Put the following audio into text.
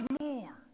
more